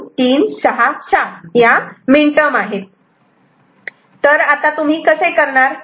Y FABC Σ m 02367 तर आता तुम्ही कसे करणार